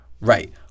Right